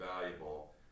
valuable